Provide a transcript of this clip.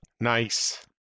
Nice